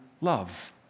love